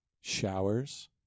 Showers